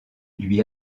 lui